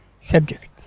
subject